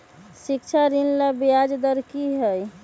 शिक्षा ऋण ला ब्याज दर कि हई?